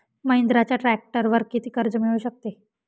महिंद्राच्या ट्रॅक्टरवर किती कर्ज मिळू शकते?